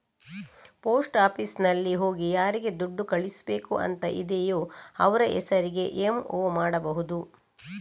post ಆಫೀಸಿನಲ್ಲಿ ಹೋಗಿ ಯಾರಿಗೆ ದುಡ್ಡು ಕಳಿಸ್ಬೇಕು ಅಂತ ಇದೆಯೋ ಅವ್ರ ಹೆಸರಿಗೆ ಎಂ.ಒ ಮಾಡ್ಬಹುದು